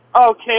Okay